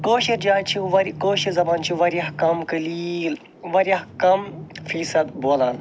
کٲشُر جایہِ وار کٲشُر زبان چھ واریاہ کم قلیٖل واریاہ کم فیٖصَد بولان